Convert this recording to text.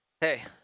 hey